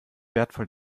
wertvoll